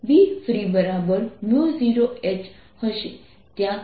જેમ કે પહેલા પ્રોબ્લેમ થઈ હતી બંને તમને સમાન જવાબ આપે છે